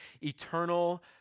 eternal